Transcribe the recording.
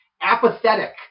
apathetic